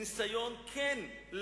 ניסיון כן,